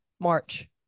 March